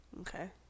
Okay